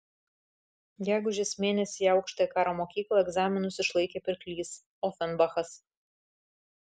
gegužės mėnesį į aukštąją karo mokyklą egzaminus išlaikė pirklys ofenbachas